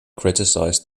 criticized